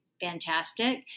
fantastic